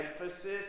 emphasis